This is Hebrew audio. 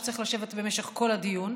שצריך לשבת במשך כל הדיון,